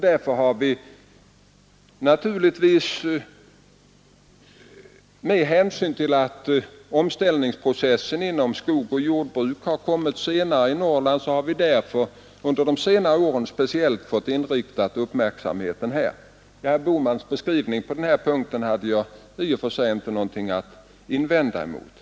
Därför har vi, med hänsyn till att omställningsprocessen inom skogsoch jordbruk kommit senare i Norrland, under senare år speciellt fått uppmärksamheten inriktad på detta. Herr Bohmans beskrivning på denna punkt hade jag i och för sig inte någonting att invända mot.